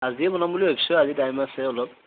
আজিয়েই বনাম বুলি ভাবিছোঁ আজি টাইম আছেই অলপ